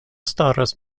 staras